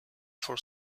for